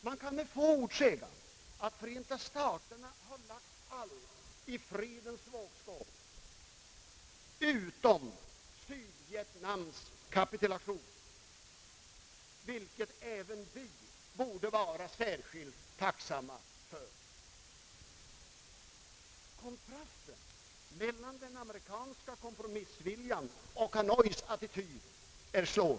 Man kan med få ord säga att Förenta staterna har lagt allt i fredens vågskål utom Sydvietnams kapitulation, vilket även vi borde vara tacksamma för. Kontrasten mellan den amerikanska kompromissviljan och Hanois attityd är slående.